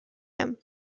him